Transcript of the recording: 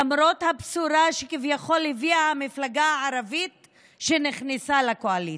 למרות הבשורה שכביכול הביאה המפלגה הערבית שנכנסה לקואליציה.